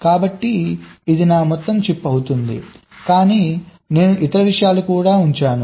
కాబట్టి ఇది నా మొత్తం చిప్ అవుతుంది కానీ నేను ఇతర విషయాలను కూడా ఉంచాను